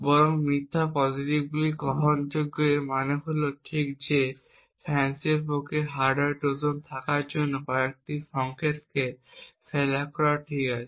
বরং মিথ্যা পজিটিভগুলি গ্রহণযোগ্য এর মানে হল যে FANCI এর পক্ষে হার্ডওয়্যার ট্রোজান থাকার জন্য কয়েকটি সংকেতকে ফ্ল্যাগ করা ঠিক আছে